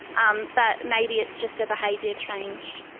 um but maybe it's just a behaviour change.